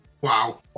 Wow